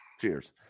Cheers